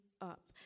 up